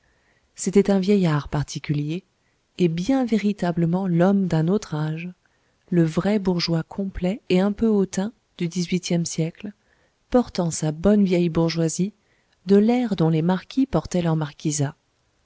c'était un vieillard particulier et bien véritablement l'homme d'un autre âge le vrai bourgeois complet et un peu hautain du dix-huitième siècle portant sa bonne vieille bourgeoisie de l'air dont les marquis portaient leur marquisat